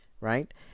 right